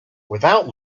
without